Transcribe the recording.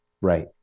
Right